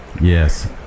Yes